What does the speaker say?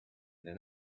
and